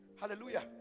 Hallelujah